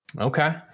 Okay